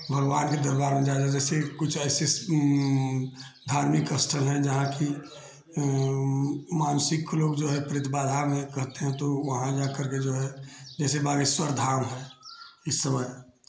भगवान के दरबार में ज्यादा जैसे कुछ ऐसे धार्मिक स्थल हैं जहाँ की मानसिक लोग जो है प्रेत बाधा में कहते हैं तो वहाँ जाकर के जो है जैसे बागेश्वर धाम है इस समय